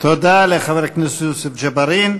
תודה לחבר הכנסת יוסף ג'בארין.